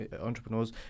entrepreneurs